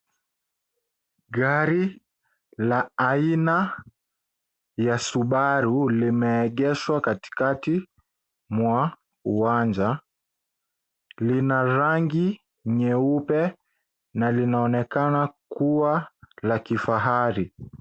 Gari la aina ya Subaru limeegeshwa katikati mwa uwanja, lina rangi nyeupe na linaonekana kuwa la kifahari.